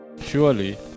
Surely